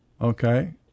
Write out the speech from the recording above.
Okay